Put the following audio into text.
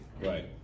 Right